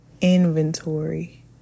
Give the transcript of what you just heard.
inventory